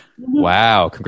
Wow